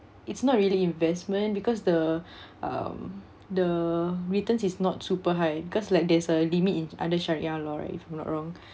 it's not really investment because the um the returns is not super high because like there's a limit in under sharia law right if I'm not wrong